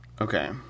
Okay